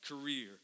career